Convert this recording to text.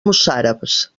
mossàrabs